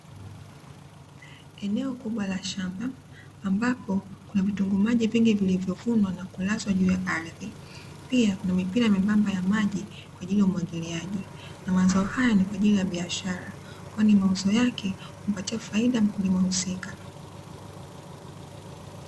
Eneo kubwa la shamba ambapo kuna vitunguu maji vingi vilivyovunwa na kulazwa juu ya ardhi. Pia, kuna mipira membamba ya maji kwa ajili ya umwagiliaji. Na mazao haya ni kwa ajili ya biashara, kwani mauzo yake humpatia faida mkulima husika.